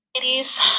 Ladies